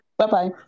Bye-bye